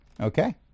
Okay